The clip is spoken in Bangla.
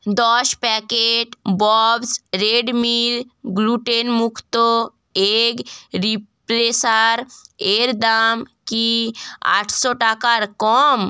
দশ প্যাকেট ববস রেড মিল গ্লুটেনমুক্ত এগ রিপ্লেসার এর দাম কি আটশো টাকার কম